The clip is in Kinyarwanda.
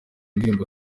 ndirimbo